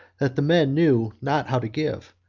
that the men knew not how to give,